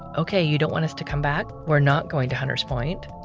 okay, you don't want us to come back? we're not going to hunter's point.